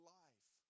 life